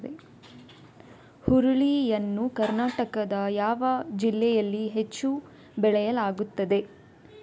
ಹುರುಳಿ ಯನ್ನು ಕರ್ನಾಟಕದ ಯಾವ ಜಿಲ್ಲೆಯಲ್ಲಿ ಹೆಚ್ಚು ಬೆಳೆಯಲಾಗುತ್ತದೆ?